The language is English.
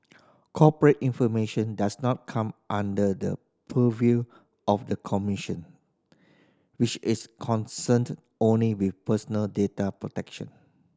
corporate information does not come under the purview of the commission which is concerned only with personal data protection